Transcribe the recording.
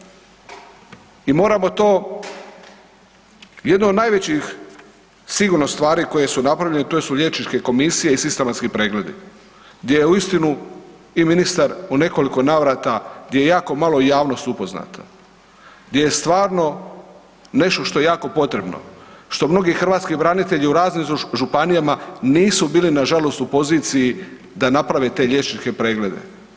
I moramo to jedno od najvećih sigurno stvari koje su napravljene to su liječničke komisije i sistematski pregledi gdje je uistinu i ministar u nekoliko navrata gdje je jako malo i javnost upoznata, gdje je stvarno nešto što je jako potrebno, što mnogi hrvatski branitelji u raznim županijama nisu bili na žalost u poziciji da naprave te liječničke preglede.